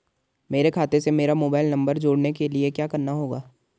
मेरे खाते से मेरा मोबाइल नम्बर जोड़ने के लिये क्या करना होगा?